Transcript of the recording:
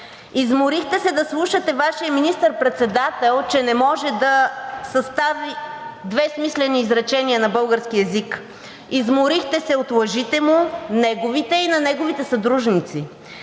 Изморихте се да слушате Вашия министър-председател, че не може да състави две смислени изречения на български език. Изморихте се от лъжите му – неговите и на неговите съдружници.